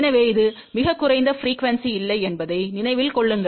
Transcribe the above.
எனவே இது மிக குறைந்த ப்ரீக்குவெண்ஸி இல்லை என்பதை நினைவில் கொள்ளுங்கள்